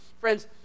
Friends